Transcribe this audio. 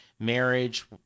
Marriage